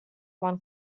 one